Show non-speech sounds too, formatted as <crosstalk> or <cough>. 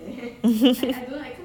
<laughs>